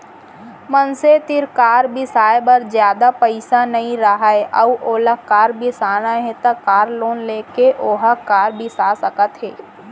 मनसे तीर कार बिसाए बर जादा पइसा नइ राहय अउ ओला कार बिसाना हे त कार लोन लेके ओहा कार बिसा सकत हे